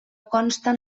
consten